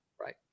right